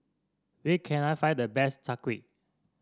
where can I find the best Chai Kueh